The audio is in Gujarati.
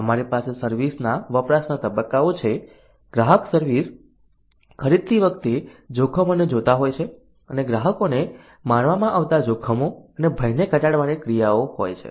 અમારી પાસે સર્વિસ ના વપરાશના તબક્કાઓ છે ગ્રાહક સર્વિસ ખરીદતી વખતે જોખમોને જોતા હોય છે અને ગ્રાહકોને માનવામાં આવતા જોખમો અને ભયને ઘટાડવાની ક્રિયાઓ હોય છે